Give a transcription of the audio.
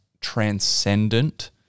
transcendent